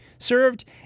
served